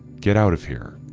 get out of here.